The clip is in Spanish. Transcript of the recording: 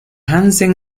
hansen